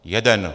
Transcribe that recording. Jeden.